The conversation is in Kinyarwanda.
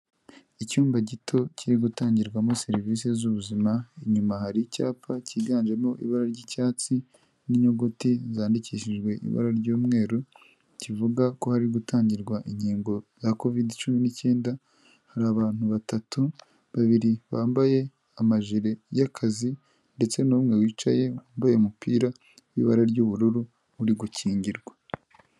Icyumba gito kiri gutangirwamo serivisi z'ubuzima inyuma hari icyapa cyiganjemo ibara ry'icyatsi n'inyuguti zandikishijwe ibara ry'umweru, kivuga ko hari gutangirwa inkingo za kovide cumi n'icyenda, hari abantu batatu babiri bambaye amajiri y'akazi ndetse n'umwe wicaye wambaye umupira w'ibara ry'ubururu uri gukingirwa.